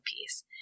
piece